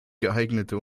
geeignete